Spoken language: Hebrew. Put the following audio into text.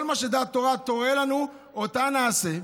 כל מה שדעת תורה, תורה לנו, אותה נעשה.